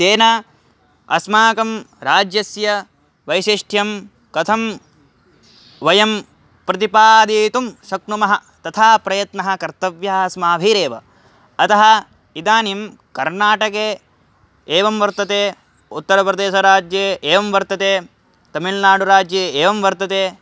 तेन अस्माकं राज्यस्य वैशिष्ट्यं कथं वयं प्रतिपादियितुं श क्नुमः तथा प्रयत्नः कर्तव्यः अस्माभिरेव अतः इदानीं कर्नाटके एवं वर्तते उत्तरप्रदेशराज्ये एवं वर्तते तमिल्नाडुराज्ये एवं वर्तते